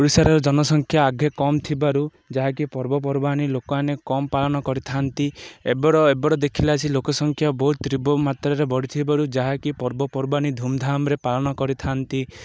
ଓଡ଼ିଶାର ଜନସଂଖ୍ୟା ଆଗେ କମ୍ ଥିବାରୁ ଯାହାକି ପର୍ବପର୍ବାଣୀ ଲୋକମାନେ କମ୍ ପାଳନ କରିଥାନ୍ତି ଏବର ଏବେର ଦେଖିଲା ଆସିକି ଲୋକ ସଂଖ୍ୟା ବହୁତ ତୀବ୍ର ମାତ୍ରାରେ ବଢ଼ିଥିବାରୁ ଯାହାକି ପର୍ବପର୍ବାଣୀ ଧୁମଧାମରେ ପାଳନ କରିଥାନ୍ତି